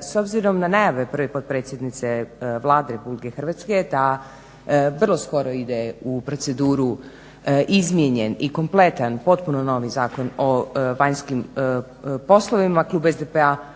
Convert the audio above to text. S obzirom na najave prve potpredsjednice Vlade Republike Hrvatske da vrlo skoro ide u proceduru izmijenjen i kompletan, potpuno novi Zakon o vanjskim poslovima, Klub SDP-a